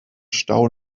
stau